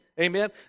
amen